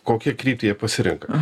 kokią kryptį jie pasirenka